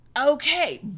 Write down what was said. Okay